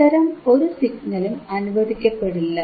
അത്തരം ഒരു സിഗ്നലും അനുവദിക്കപ്പെടില്ല